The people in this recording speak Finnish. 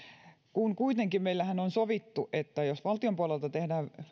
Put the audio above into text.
kun kuitenkinhan meillä on sovittu että jos valtion puolelta tehdään